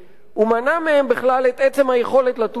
ומנע מהם בכלל את עצם היכולת לטוס לארץ.